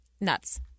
Nuts